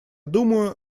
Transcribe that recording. думаю